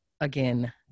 again